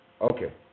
Okay